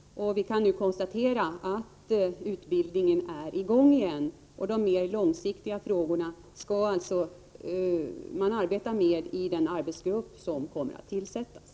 Vi kan nu konstatera att utbildningen är i gång igen. De mer långsiktiga frågorna skall man arbeta med i den arbetsgrupp som kommer att tillsättas.